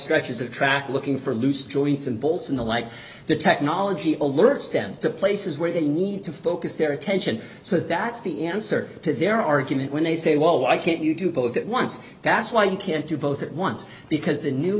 stretches of track looking for loose joints and bolts in the like the technology alerts them to places where they need to focus their attention so that's the answer to their argument when they say well why can't you do both at once that's why you can't do both at once because the new